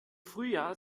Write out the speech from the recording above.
frühjahr